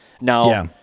Now